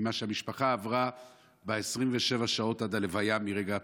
ממה שהמשפחה עברה ב-27 השעות עד הלוויה מרגע הפיגוע.